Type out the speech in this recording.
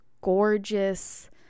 gorgeous